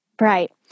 Right